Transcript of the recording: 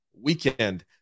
weekend